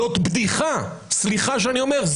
זאת בדיחה, סליחה שאני אומר.